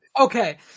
Okay